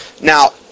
Now